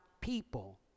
people